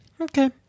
Okay